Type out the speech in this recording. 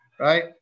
right